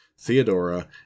Theodora